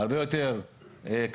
הרבה יותר קרוב,